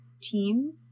team